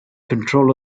control